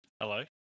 hello